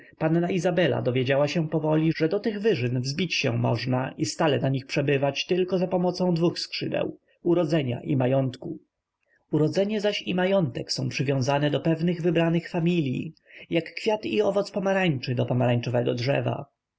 panna izabela dowiedziała się powoli że do tych wyżyn wzbić się można i stale na nich przebywać tylko zapomocą dwóch skrzydeł urodzenia i majątku urodzenie zaś i majątek są przywiązane do pewnych wybranych familij jak kwiat i owoc pomarańczy do pomarańczowego drzewa